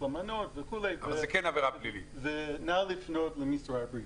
למנות וכולי נא לפנות למשרד הבריאות.